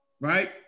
Right